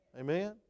Amen